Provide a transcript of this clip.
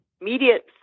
immediate